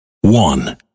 one